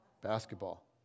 basketball